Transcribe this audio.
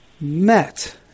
met